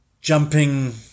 jumping